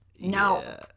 No